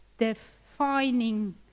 defining